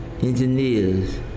engineers